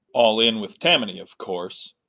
all in with tammany, of course.